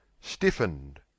Stiffened